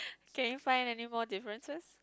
can you find anymore differences